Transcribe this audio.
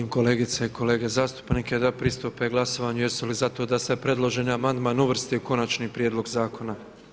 Molim kolegice i kolege zastupnike da pristupe glasovanju jesu li za to da se predloženi amandman uvrsti u konačni prijedlog zakona?